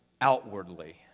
outwardly